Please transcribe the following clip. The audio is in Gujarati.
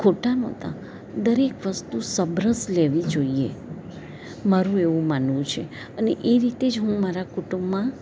ખોટા નહોતા દરેક વસ્તુ સબરસ લેવી જોઈએ મારું એવું માનવું છે એ રીતે જ હું મારા કુટુંબમાં